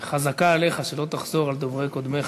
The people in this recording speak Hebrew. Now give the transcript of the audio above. חזקה עליך שלא תחזור על דברי קודמיך.